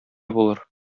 булыр